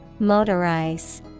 Motorize